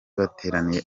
bateraniye